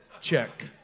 Check